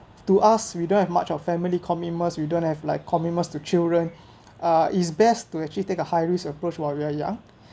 to us we don't have much of family commitments we don't have like commitments to children uh is best to actually take a high risk approach while we are young